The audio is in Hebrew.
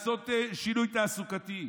ולעשות שינוי תעסוקתי.